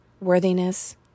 worthiness